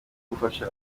gufasha